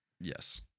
Yes